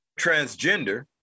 transgender